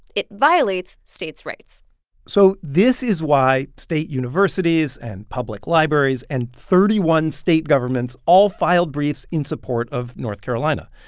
it violates states' rights so this is why state universities and public libraries and thirty one state governments all filed briefs in support of north carolina.